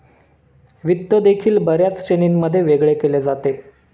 वित्त देखील बर्याच श्रेणींमध्ये वेगळे केले जाते